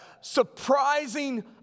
surprising